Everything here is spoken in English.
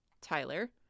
Tyler